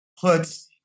puts